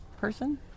person